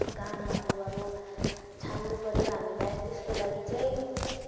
गानाहरू अब छान्नु पऱ्यो हामीलाई त्यसको लागि चाहिँ